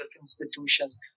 institutions